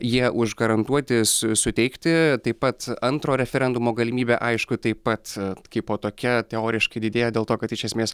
jie užgarantuoti su suteikti taip pat antro referendumo galimybė aišku taip pat kaipo tokia teoriškai didėja dėl to kad iš esmės